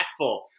impactful